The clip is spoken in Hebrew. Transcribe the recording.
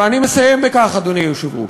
ואני מסיים בכך, אדוני היושב-ראש: